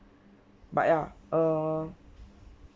but ya err